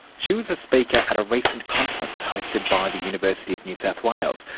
she was a speaker at a recent conference hosted by the university of new south wales,